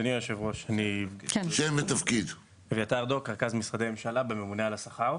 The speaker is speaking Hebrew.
אני רכז משרדי ממשלה בממונה על השכר.